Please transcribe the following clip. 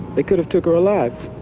they could have took her alive,